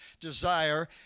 desire